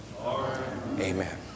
Amen